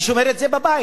אני שומר את זה בבית.